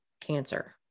cancer